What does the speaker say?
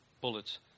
bullets